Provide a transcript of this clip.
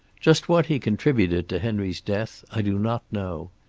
just what he contributed to henry's death i do not know.